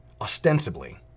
Ostensibly